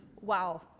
Wow